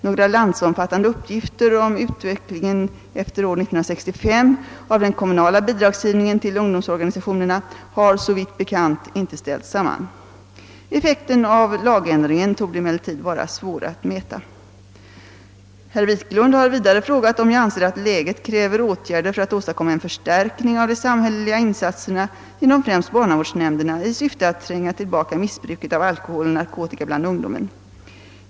Några landsomfattande uppgifter om utvecklingen efter år 1965 av den kommunala bidragsgivningen till ungdomsorganisationerna har såvitt bekant inte ställts samman. Effekten av lagändringen torde emellertid vara svår att mäta. Herr Wiklund i Stockholm har vidare frågat, om jag anser att läget kräver åtgärder för att åstadkomma en förstärkning av de samhälleliga insatserna genom främst barnavårdsnämnderna i syfte att tränga tillbaka missbruket av alkohol och narkotika bland ungdomen.